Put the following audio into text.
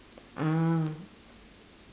ah